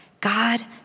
God